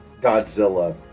Godzilla